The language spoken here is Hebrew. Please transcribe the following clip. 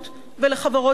ולחברות אמהות,